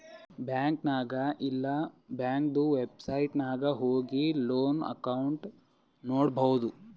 bank ನಾಗ್ ಇಲ್ಲಾ ಬ್ಯಾಂಕ್ದು ವೆಬ್ಸೈಟ್ ನಾಗ್ ಹೋಗಿ ಲೋನ್ ಅಕೌಂಟ್ ನೋಡ್ಬೋದು